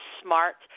smart